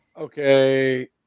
Okay